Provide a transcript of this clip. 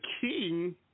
king